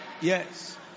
Yes